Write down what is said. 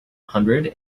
hundred